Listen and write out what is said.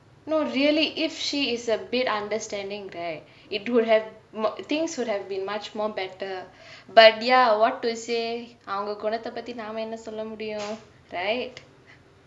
no really if she is a bit understanding right it would have more things would have been much more better but ya what to say அவங்கே குணத்தே பத்தி நாம என்ன சொல்ல முடியும்:avangae gunathae pathi naamae enna solle mudiyum right